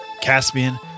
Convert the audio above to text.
Caspian